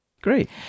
Great